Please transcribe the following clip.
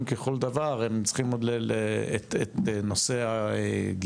לכל דבר הם עוד צריכים את נושא הגיור,